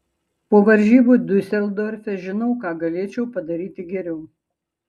po varžybų diuseldorfe žinau ką galėčiau padaryti geriau